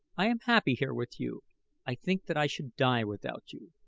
i am happy here with you i think that i should die without you.